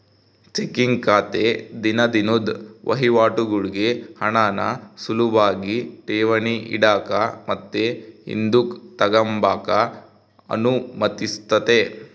checking ಖಾತೆ ದಿನ ದಿನುದ್ ವಹಿವಾಟುಗುಳ್ಗೆ ಹಣಾನ ಸುಲುಭಾಗಿ ಠೇವಣಿ ಇಡಾಕ ಮತ್ತೆ ಹಿಂದುಕ್ ತಗಂಬಕ ಅನುಮತಿಸ್ತತೆ